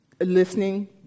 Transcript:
listening